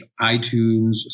iTunes